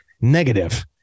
negative